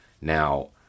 Now